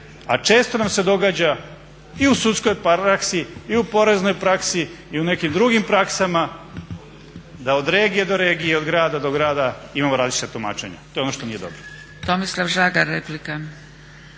a često nam se događa i u sudskoj praksi i u poreznoj praksi i u nekim drugim praksama da od regije od regije, od grada do grada imamo različita tumačenja. To je ono što nije dobro.